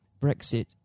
Brexit